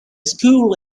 school